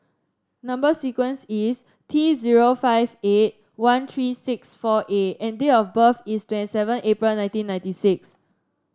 number sequence is T zero five eight one tree six four A and date of birth is twenty seven April nineteen ninety six